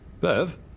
Bev